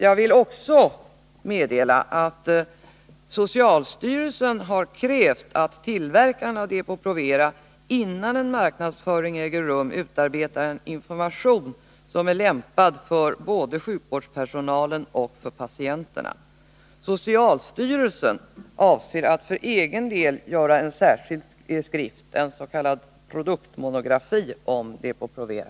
Jag vill också meddela att socialstyrelsen har krävt att tillverkarna av Depo-Provera, innan en marknadsföring äger rum, utarbetar en information som är lämpad både för sjukvårdspersonalen och för patienterna. Socialstyrelsen avser att för egen del ta fram en särskild skrift. en s.k. produktmonografi, om Depo-Provera.